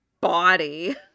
body